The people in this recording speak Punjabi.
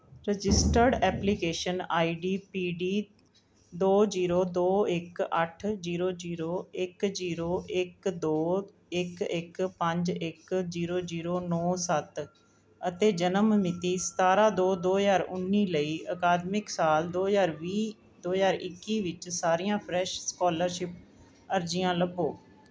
registered application I D P D ਦੋ ਜੀਰੋ ਦੋ ਇੱਕ ਅੱਠ ਜੀਰੋ ਜੀਰੋ ਇੱਕ ਜੀਰੋ ਇੱਕ ਦੋ ਇੱਕ ਇੱਕ ਪੰਜ ਇੱਕ ਜੀਰੋ ਜੀਰੋ ਨੌ ਸੱਤ ਅਤੇ ਜਨਮ ਮਿਤੀ ਸਤਾਰ੍ਹਾਂ ਦੋ ਦੋ ਹਜ਼ਾਰ ਉੱਨੀ ਲਈ ਅਕਾਦਮਿਕ ਸਾਲ ਦੋ ਹਜ਼ਾਰ ਵੀਹ ਦੋ ਹਜ਼ਾਰ ਇੱਕੀ ਵਿੱਚ ਸਾਰੀਆਂ ਫਰੈਸ਼ ਸਕੋਲਰਸ਼ਿਪ ਅਰਜ਼ੀਆਂ ਲੱਭੋ